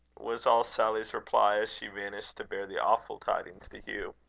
was all sally's reply, as she vanished to bear the awful tidings to hugh.